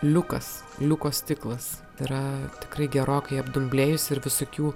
liukas liuko stiklas yra tikrai gerokai abdumblėjus ir visokių